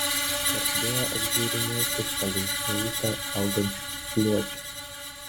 pradėjo apžiūrinėti palei šlaitą augančius spygliuočius